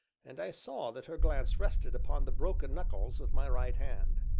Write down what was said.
and i saw that her glance rested upon the broken knuckles of my right hand.